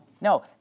No